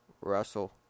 Russell